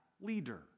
leader